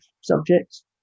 subjects